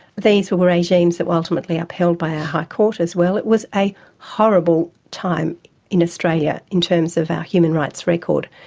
these were were regimes that were ultimately upheld by our high court as well. it was a horrible time in australia in terms of our human rights record.